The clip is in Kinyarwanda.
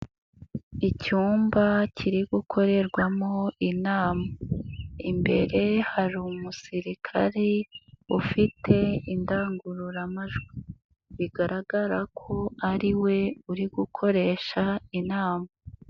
Icyumba kiri gukorerwamo inama. Imbere hari umusirikare ufite indangururamajwi. Bigaragara ko ariwe uri gukoresha inama.